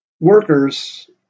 workers